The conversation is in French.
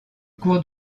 cours